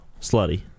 slutty